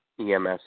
EMS